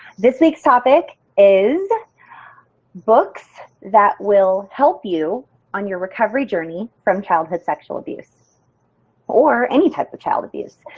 this week's topic is books that will help you on your recovery journey from childhood sexual abuse or any type of child abuse.